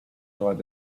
nuevas